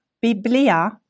biblia